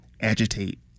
agitate